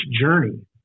journey